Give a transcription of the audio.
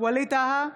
ווליד טאהא,